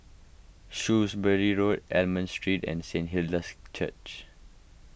Shrewsbury Road Almond Street and Saint Hilda's Church